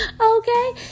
Okay